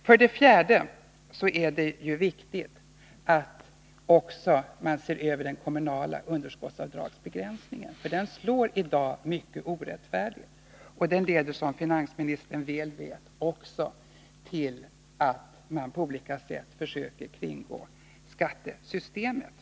För det fjärde är det viktigt att man också ser över den kommunala underskottsavdragsbegränsningen, som i dag slår mycket orättfärdigt. Den leder, som finansministern väl vet, också till att man på olika sätt försöker kringgå skattesystemet.